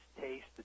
taste